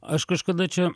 aš kažkada čia